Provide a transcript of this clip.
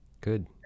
Good